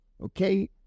Okay